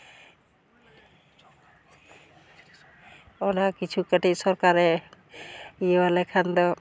ᱚᱱᱟ ᱠᱤᱪᱷᱩ ᱠᱟᱹᱴᱤᱡ ᱥᱚᱨᱠᱟᱨᱮ ᱤᱭᱟᱹᱣ ᱞᱮᱠᱷᱟᱱ ᱫᱚ